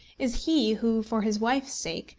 is he who, for his wife's sake,